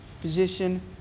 position